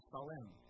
Salem